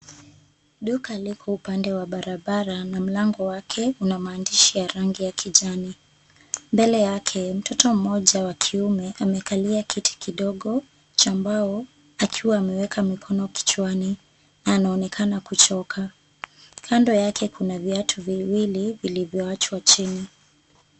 Duka liko upande wa barabara na mlango wake una maandishi ya rangi ya kijani. Mbele yake, mtoto mmoja wa kiume amekalia kiti kidogo cha mbao akiwa ameweka mikono kichwani na anaonekana kuchoka. Kando yake kuna viatu viwili vilivyowachwa chini.